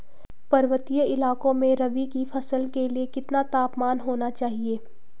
पर्वतीय इलाकों में रबी की फसल के लिए कितना तापमान होना चाहिए?